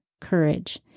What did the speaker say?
courage